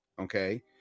okay